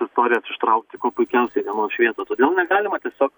istorijas ištraukti kuo puikiausiai į dienos šviesą todėl negalima tiesiog